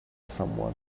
someone